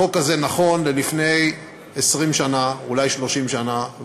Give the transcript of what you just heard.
החוק הזה נכון לזמן שלפני 20 שנה, אולי 30 שנה.